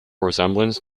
resemblance